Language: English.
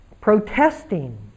protesting